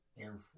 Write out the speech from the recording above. air